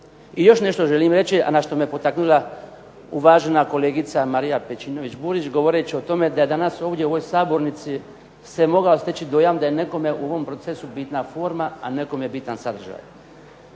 I još nešto želim reći, a na što me potaknula uvažena kolegica Marija Pejčinović Burić govoreći o tome da danas ovdje u ovoj sabornici se mogao steći dojam da je nekome u ovom procesu bitna forma, a nekome je bitan sadržaj.